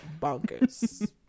bonkers